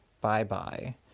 bye-bye